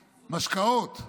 משקאות,